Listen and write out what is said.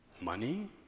money